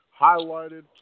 highlighted